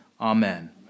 Amen